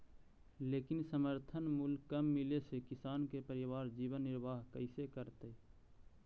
लेकिन समर्थन मूल्य कम मिले से किसान के परिवार जीवन निर्वाह कइसे करतइ?